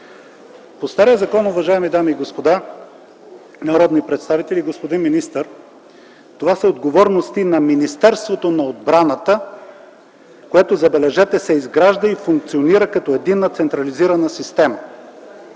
в мирно време”. Уважаеми дами и господа народни представители, господин министър, по стария закон това са отговорности на Министерството на отбраната, което, забележете, се изгражда и функционира като единна централизирана система.